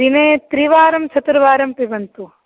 दिने त्रिवारं चतुर्वारं पिबन्तु